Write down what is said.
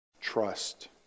trust